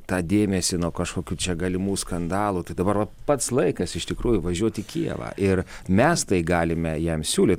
tą dėmesį nuo kažkokių čia galimų skandalų tai dabar va pats laikas iš tikrųjų važiuot į kijevą ir mes tai galime jam siūlyt